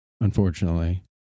unfortunately